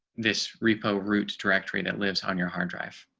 this repo root directory that lives on your hard drive.